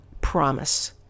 Promise